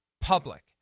public